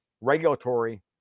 regulatory